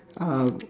uh